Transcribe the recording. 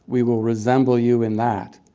we will resemble you in that.